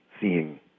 seeing